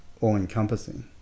all-encompassing